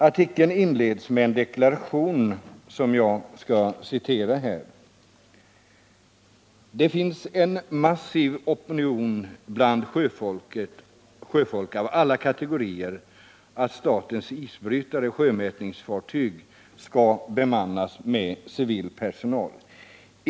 Artikeln inleds med en deklaration, som jag skall citera: ”Det finns en massiv opinion bland sjöfolk av alla kategorier att statens isbrytare och sjömätningsfartyg ska bemannas med civil personal.